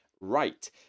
right